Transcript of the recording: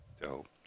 Dope